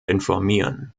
informieren